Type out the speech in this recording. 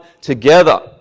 together